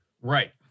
Right